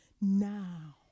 now